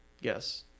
Yes